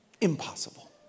Impossible